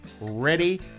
ready